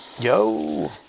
Yo